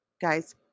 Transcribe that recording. guys